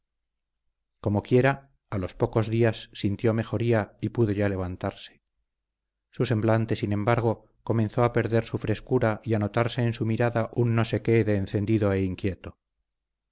calentura comoquiera a los pocos días sintió mejoría y pudo ya levantarse su semblante sin embargo comenzó a perder su frescura y a notarse en su mirada un no sé qué de encendido e inquieto